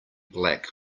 black